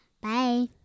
Bye